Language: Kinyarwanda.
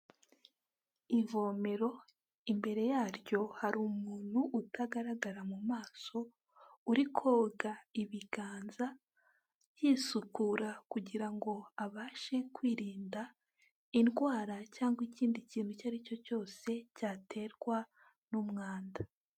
Ivomero imbere yaryo hari umuntu utagaragara mu maso, uri koga ibiganza, yisukura kugira ngo abashe kwirinda indwara cyangwa ikindi kintu icyo ari cyo cyose cyaterwa n'umwanda.